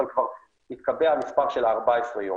אבל כבר התקבע המספר של ה-14 יום.